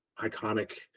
iconic